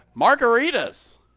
Margaritas